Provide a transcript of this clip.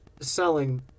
selling